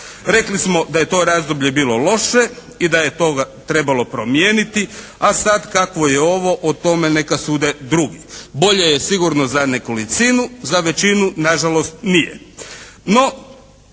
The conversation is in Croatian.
Rekli smo da je to razdoblje bilo loše i da je to trebalo promijeniti, a sad kakvo je ovo o tome neka sude drugi. Bolje je sigurno za nekolicinu. Za većinu na žalost nije.